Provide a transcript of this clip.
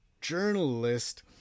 journalist